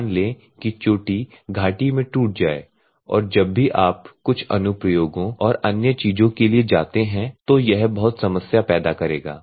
मान लें कि चोटी घाटी में टूट जाए और जब भी आप कुछ अनुप्रयोगों और अन्य चीजों के लिए जाते हैं तो यह बहुत समस्या पैदा करेगा